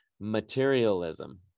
materialism